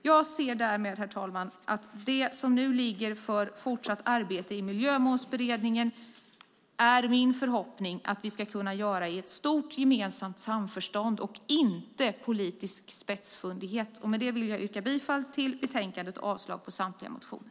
Jag ser därmed, herr talman, att det som nu ligger för fortsatt arbete i Miljömålsberedningen är min förhoppning att vi ska kunna göra i ett stort gemensamt samförstånd och inte politisk spetsfundighet. Med detta vill jag yrka bifall till förslaget i betänkandet och avslag på samtliga motioner.